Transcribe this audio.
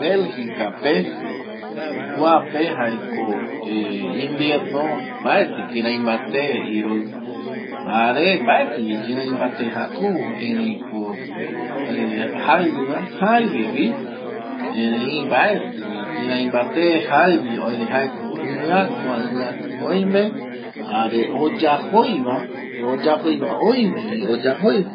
Belgica pe kuape jae ko ˂hesitation˃ invierno mbaeti kirei mbate jare mbaeti vi kirei mbate jakuvo erei ko jaivi va jaivivi erei mbaeti vi kirei mbate jaivi erei jaeko iviaki oime jare oyajoiva oime vi oyajoi